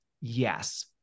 yes